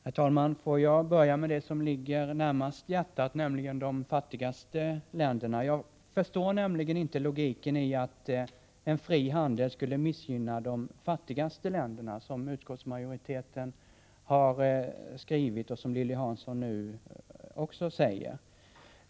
Herr talman! Låt mig börja med det som ligger närmast hjärtat, nämligen de fattigaste länderna. Jag förstår inte logiken i påståendet att en fri handel skulle missgynna de fattigaste länderna; det har utskottsmajoriteten skrivit och det säger nu också Lilly Hansson.